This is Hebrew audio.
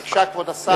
בבקשה, כבוד השר.